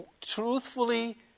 truthfully